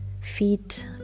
feet